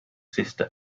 sister